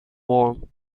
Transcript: warm